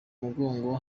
mugongo